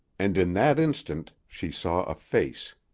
and in that instant she saw a face.